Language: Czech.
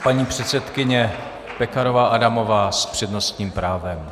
Paní předsedkyně Pekarová Adamová s přednostním právem.